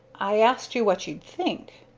i asked you what you'd think.